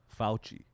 Fauci